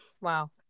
Wow